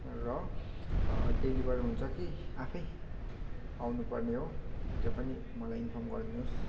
र डेलिभर हुन्छ कि आफै आउनु पर्ने हो त्यो पनि मलाई इन्फर्म गरिदिनुहोस्